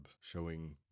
showing